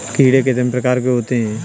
कीड़े कितने प्रकार के होते हैं?